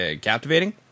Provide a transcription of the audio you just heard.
captivating